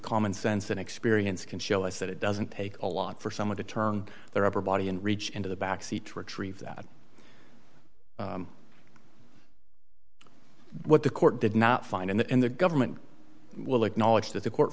common sense and experience can show us that it doesn't take a lot for someone to turn their upper body and reach into the back seat to retrieve that what the court did not find in the end the government will acknowledge that the court